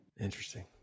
Interesting